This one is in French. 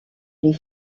les